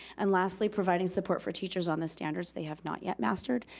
and lastly providing support for teachers on the standards they have not yet mastered.